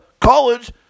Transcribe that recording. college